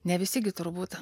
ne visi gi turbūt